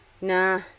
Nah